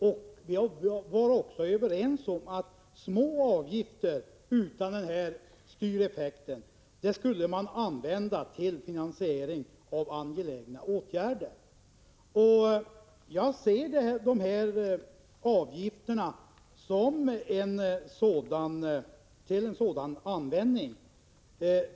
Vi var också ense om att små avgifter utan denna styreffekt skulle användas till finansiering av angelägna åtgärder. Jag anser att de nu aktuella avgifterna är av den senare typen.